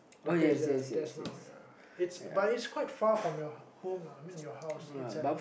the place that just now but it's quite far from your home lah I mean your house it's at the place that I just now ya